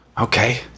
Okay